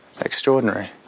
extraordinary